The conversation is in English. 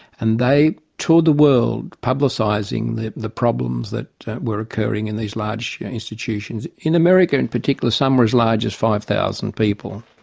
and they toured the world publicising the the problems that were occurring in these large institutions. in america in particular some were as large as five thousand people.